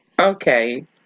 Okay